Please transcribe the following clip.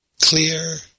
clear